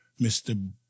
Mr